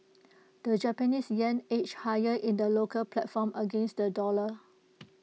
the Japanese Yen edged higher in the local platform against the dollar